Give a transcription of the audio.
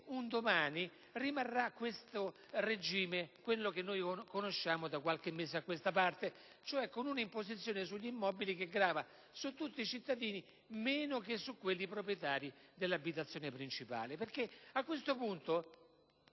un domani rimarrà il regime - sto parlando di quello che conosciamo da qualche mese a questa parte - dell'imposizione sugli immobili che grava su tutti i cittadini, meno che su quelli proprietari dell'abitazione principale. A questo punto